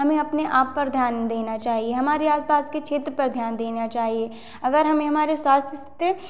हमें अपने आप पर ध्यान देना चाहिए हमारे आसपास के क्षेत्र पर ध्यान देना चाहिए अगर हमें हमारे स्वास्थ्य